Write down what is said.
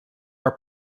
are